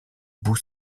bou